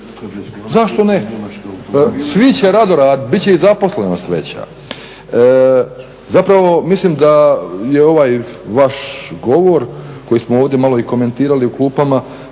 zašto ne? Svi će rado radit, bit će i zaposlenost veća. Zapravo mislim da je ovaj vaš govor koji smo ovdje i malo komentirali u klupama